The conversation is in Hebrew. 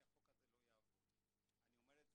אני חושבת